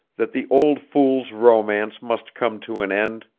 that the old fool's romance must come to an end?